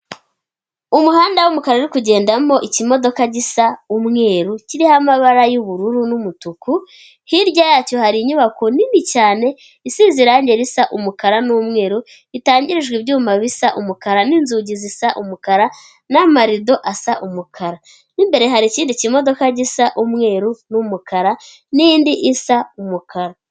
Umuhanda w'umukara uri kugendamo ikimodoka gisa umweru kiriho amabara y'ubururu n'umutuku, hirya yacyo hari inyubako nini cyane isize irangi risa umukara n'umweru, itangirijwe ibyuma bisa umukara, n'inzugi zisa umukara, n'amarido asa umukara. Imbere hari ikindi kimodoka gisa umweru n'umukara n'indi isa umukara.